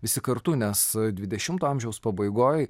visi kartu nes dvidešimto amžiaus pabaigoj